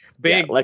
big